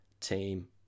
team